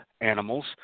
animals –